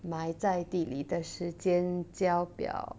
埋在地里的时间交表